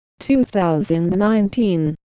2019